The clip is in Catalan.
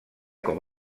com